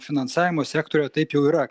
finansavimo sektoriuje taip jau yra